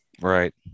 right